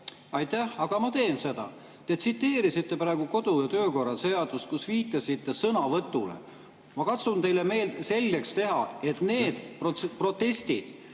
Aitäh! Ma teen seda. Te tsiteerisite praegu kodu- ja töökorra seadust, viitasite sõnavõtule. Ma katsun teile selgeks teha, et need protestid